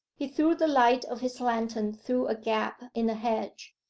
he threw the light of his lantern through a gap in the hedge,